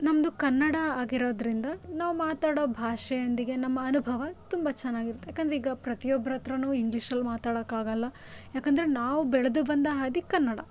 ನಮ್ಮದು ಕನ್ನಡ ಆಗಿರೋದರಿಂದ ನಾವು ಮಾತಾಡೋ ಭಾಷೆಯೊಂದಿಗೆ ನಮ್ಮ ಅನುಭವ ತುಂಬ ಚೆನ್ನಾಗಿರುತ್ತೆ ಯಾಕಂದರೆ ಈಗ ಪ್ರತಿಯೊಬ್ರ ಹತ್ರನೂ ಇಂಗ್ಲಿಷಲ್ಲಿ ಮಾತಾಡಕ್ಕೆ ಆಗೋಲ್ಲ ಯಾಕಂದರೆ ನಾವು ಬೆಳೆದು ಬಂದ ಹಾದಿ ಕನ್ನಡ